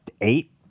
eight